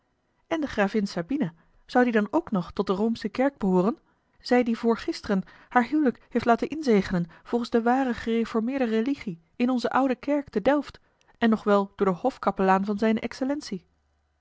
en de gravin sabina zou die dan ook nog tot a l g bosboom-toussaint de oomsche kerk behooren zij die voorgisteren haar hylik heeft laten inzegenen volgens de ware gereformeerde religie in onze oude kerk te delft en nog wel door den hofkapelaan van zijne excellentie